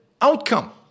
outcome